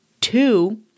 two